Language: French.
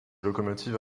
locomotives